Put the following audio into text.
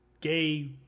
gay